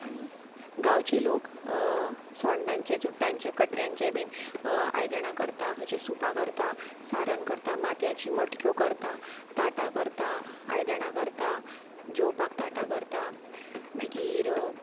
गांवचे लोक सोंण्णांचे चुट्टांचे कट्ट्यांचे बीन आयदणां करता खंयची सुपां करता सान्न करता मातयाची मटक्यो करता ताटां करता आयदणां करता जेवपाक ताटां करता मागीर